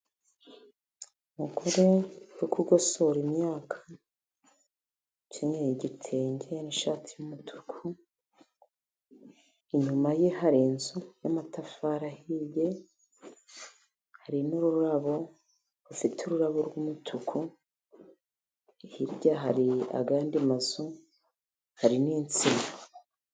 Umugore uri kugosora imyaka, ukenyeye igitenge n'ishati y'umutuku. Inyuma ye hari inzu y'amatafari ahiye. Hari n'ururabo rufite ururabo rw'umutuku, hirya hari andi mazu hari n'insina.